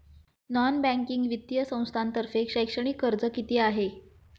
Non banking वित्तीय संस्थांतर्फे शैक्षणिक कर्ज किती आहे?